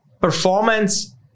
performance